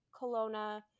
Kelowna